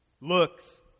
looks